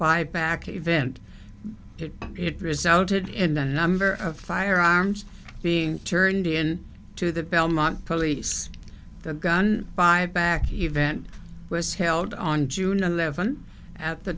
buyback event it resulted in the number of firearms being turned in to the belmont police the gun buyback event was held on june eleventh at the